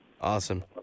Awesome